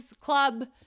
Club*